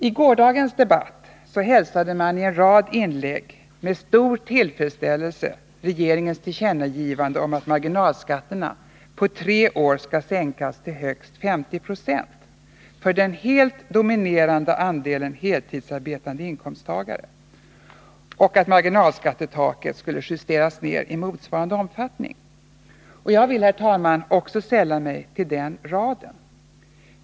I gårdagens debatt hälsade man i en rad inlägg med stor tillfredsställelse regeringens tillkännagivande om att marginalskatterna på tre år skall sänkas till högst 50 26 för den helt dominerande andelen heltidsarbetande inkomsttagare och att marginalskattetaket skulle justeras ned i motsvarande omfattning. Jag vill, herr talman, också sälla mig till den raden av personer.